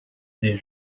des